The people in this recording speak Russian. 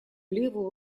левую